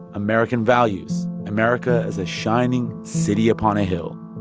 american values, america is a shining city upon a hill,